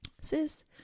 Sis